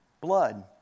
blood